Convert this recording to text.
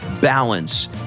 balance